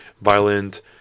Violent